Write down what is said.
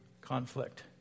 conflict